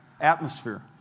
atmosphere